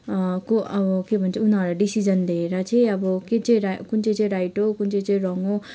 को अब के भन्छ उनीहरू डिसिजन लिएर चाहिँ अब के चाहिँ कुन चाहिँ चाहिँ राइट हो कुन चाहिँ रङ हो